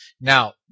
Now